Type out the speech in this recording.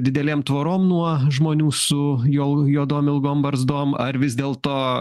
didelėm tvorom nuo žmonių su jol juodom ilgom barzdom ar vis dėlto